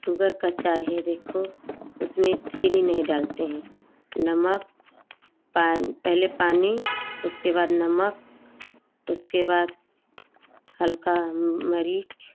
sugar का चाय है देखो उसमें चीनी नहीं डालते हैं नमक पान पहले पानी उसके बाद नमक उसके बाद हल्का मरीच